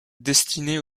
destinés